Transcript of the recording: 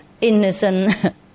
innocent